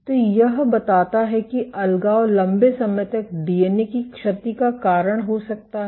तो यह बताता है कि यह अलगाव लंबे समय तक डीएनए की क्षति का कारण हो सकता है